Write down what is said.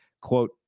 quote